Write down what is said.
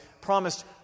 promised